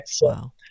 Wow